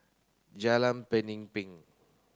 Jalan Pemimpin